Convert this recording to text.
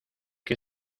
que